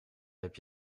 heb